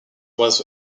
was